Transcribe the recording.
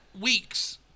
weeks